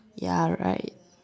ya right